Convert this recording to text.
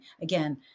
Again